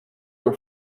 were